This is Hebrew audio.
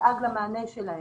שידאג למענה שלהם.